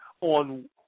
on